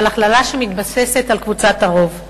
אבל הכללה שמתבססת על קבוצת הרוב.